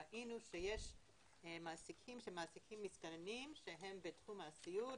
ראינו שיש מעסיקים שמעסיקים מסתננים שהם בתחום הסיעוד,